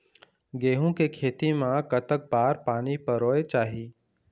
गेहूं के खेती मा कतक बार पानी परोए चाही?